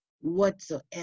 whatsoever